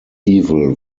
evil